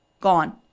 gone